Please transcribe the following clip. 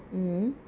mm